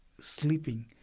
sleeping